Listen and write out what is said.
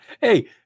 hey